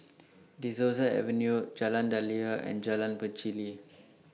De Souza Avenue Jalan Daliah and Jalan Pacheli